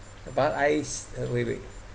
but I wait wait